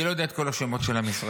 אני לא יודע את כל השמות של המשרדים,